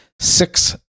six